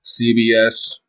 CBS